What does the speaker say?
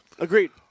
Agreed